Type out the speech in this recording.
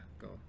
go